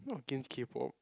not against K-Pop